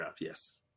yes